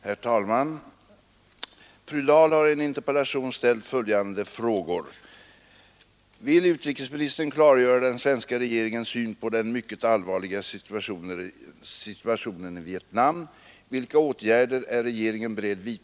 Herr talman! Fru Dahl har i en interpellation ställt följande frågor: 1. Vill utrikesministern klargöra den svenska regeringens syn på den mycket allvarliga situationen i Vietnam? 3.